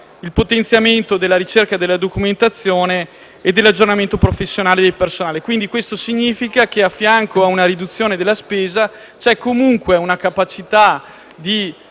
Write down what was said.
il potenziamento della ricerca della documentazione e dell'aggiornamento professionale del personale. Questo significa che, accanto a una riduzione della spesa, c'è comunque una capacità di